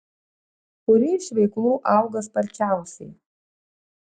kuri iš veiklų auga sparčiausiai